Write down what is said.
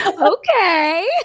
okay